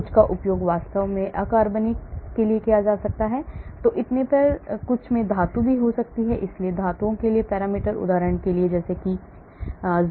कुछ का उपयोग वास्तव में अकार्बनिक और इतने पर किया जा सकता है और कुछ में धातु भी हो सकती है इसलिए धातुओं के लिए पैरामीटर उदाहरण के लिए जस्ता तांबा